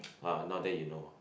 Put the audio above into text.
uh now then you know